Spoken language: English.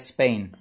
Spain